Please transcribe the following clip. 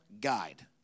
guide